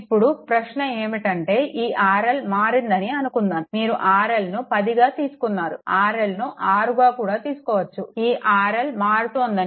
ఇప్పుడు ప్రశ్న ఏమిటంటే ఈ RL మారిందని అనుకుందాం మీరు RL ను 10గా తీసుకున్నారు RL ను 6గా కూడా తీసుకోవచ్చు ఈ RL మారుతోందని అనుకుందాం